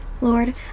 Lord